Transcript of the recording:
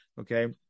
okay